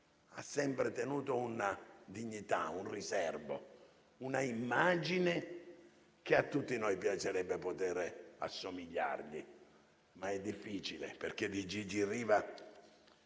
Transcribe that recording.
ha sempre tenuto una dignità, un riserbo e un'immagine a cui tutti noi piacerebbe assomigliare, ma è difficile perché di Gigi Riva